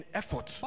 effort